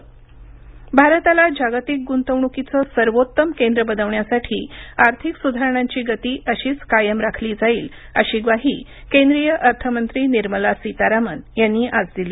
निर्मला सीतारामन भारताला जागतिक गुंतवणुकीचं सर्वोत्तम केंद्र बनवण्यासाठी आर्थिक सुधारणांची गती अशीच कायम राखली जाईल अशी ग्वाही केंद्रीय अर्थमंत्री निर्मला सीतारामन यांनी आज दिली